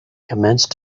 commenced